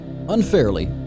unfairly